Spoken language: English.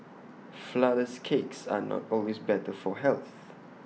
Flourless Cakes are not always better for health